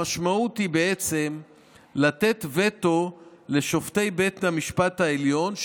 המשמעות היא לתת וטו לשופטי בית המשפט העליון,